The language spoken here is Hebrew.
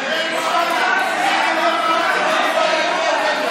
חברת הכנסת סטרוק, החוצה.